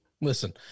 Listen